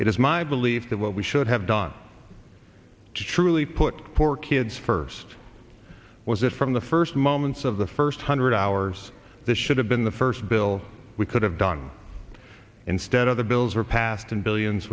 it is my belief that what we should have done to truly put poor kids first was it from the first moments of the first hundred hours this should have been the first bill we could have done instead of the bills were passed and billions